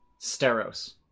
Steros